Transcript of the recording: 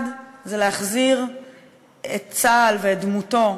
אחד, זה להחזיר את צה"ל, ואת דמותו,